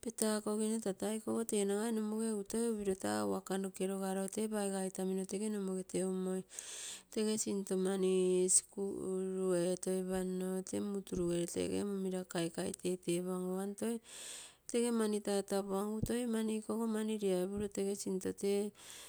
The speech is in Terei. Petakogim taa tege ikogo nagai tege nomoge tei toi upin taa waka noke logaro tee paiga itamino tege nomoge teummoi tege sinto mani sikuru etoipanno tee muu turugene tege mumira kaikai tete pangu amm ikogo tee toi tee mani tatapuamgu toi ikogo tee mani liaipuro toi tege sintotee.